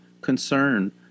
concern